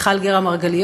מיכל גרא מרגליות,